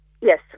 Yes